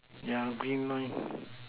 yeah green line